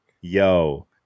Yo